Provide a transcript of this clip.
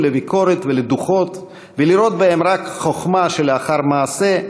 לביקורות ולדוחות ולראות בהם רק חוכמה שלאחר מעשה,